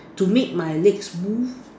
to make my legs smooth